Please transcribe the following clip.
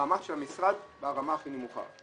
ברמת המשרד, ברמה הכי נמוכה.